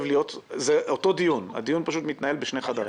אבל זה נותן תחמושת לממשלה שאפשר להתמודד עם המשבר.